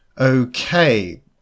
okay